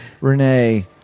Renee